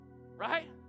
Right